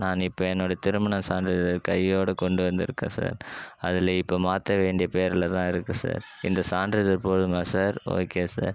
நான் இப்போ என்னோட திருமண சான்றிதழ் கையோட கொண்டு வந்துருக்கேன் சார் அதில் இப்போ மாற்ற வேண்டிய பெயரில் தான் இருக்கு சார் இந்த சாற்றிதழ் போதுமா சார் ஓகே சார்